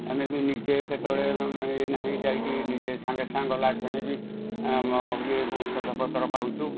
ଆମେ ବି ନିଜେ କେତେବେଳେ ଇଏ ନାହିଁ ଯାଇକି ନିଜେ ସାଙ୍ଗେ ସଙ୍ଗେ ଗଲା କ୍ଷଣି ବି ଇଏ ଔଷଧପତ୍ର ପାଉଛୁ